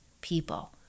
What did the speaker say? people